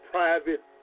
Private